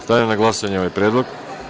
Stavljam na glasanje ovaj predlog.